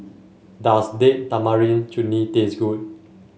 does Date Tamarind Chutney taste good